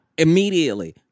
Immediately